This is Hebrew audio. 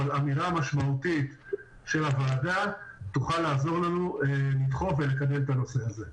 אבל אמירה משמעותית של הוועדה תוכל לעזור לנו לדחוף ולקדם את הנושא הזה.